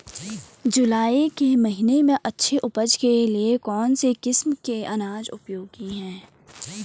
जुलाई के महीने में अच्छी उपज के लिए कौन सी किस्म के अनाज उपयोगी हैं?